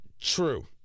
true